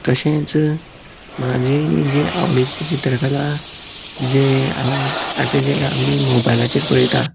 तशेंच म्हाजी जी आवडीची चित्रकला जे हांव आतां जे आमी मोबायलाचेर पळयतात